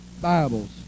Bibles